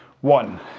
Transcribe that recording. one